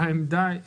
העמדה היא